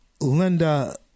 Linda